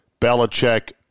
Belichick